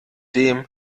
dem